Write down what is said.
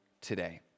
today